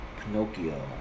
Pinocchio